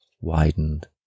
widened